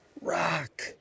rock